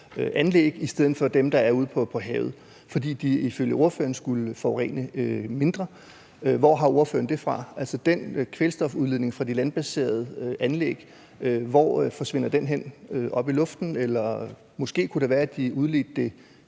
i stedet for dem, der er ude på havet, fordi de landbaserede anlæg ifølge ordføreren skulle forurene mindre. Hvor har ordføreren det fra? Altså, hvor forsvinder den kvælstofudledning fra de landbaserede anlæg hen – op i luften? Eller måske kunne det være, at de udledte det